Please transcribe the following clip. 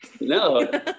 No